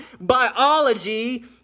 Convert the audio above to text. biology